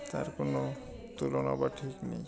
তার কোনো তুলনা বা ঠিক নেই